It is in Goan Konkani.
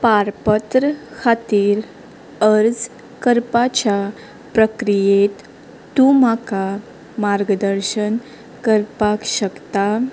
पारपत्र खातीर अर्ज करपाच्या प्रक्रियेंत तूं म्हाका मार्गदर्शन करपाक शकता